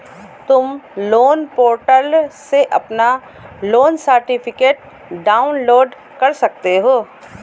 तुम loan portal से अपना लोन सर्टिफिकेट डाउनलोड कर सकते हो